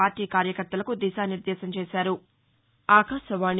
party కార్యకర్తలకు దిశానిర్దేశం చేశారు